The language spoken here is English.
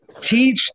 teach